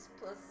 plus